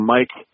Mike